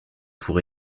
pour